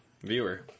viewer